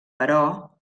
però